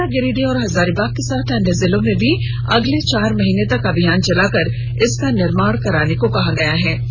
गोड्डा गिरिडीह और हजारीबाग के साथ अन्य जिलों में भी अगले चार माह तक अभियान चलाकर इसका निर्माण कराने को कहा है